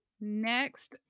Next